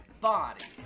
body